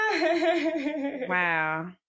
Wow